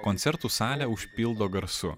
koncertų salę užpildo garsu